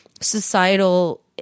societal